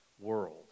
world